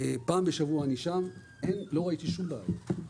פעם בשבוע אני שם ולא ראיתי שום בעיה.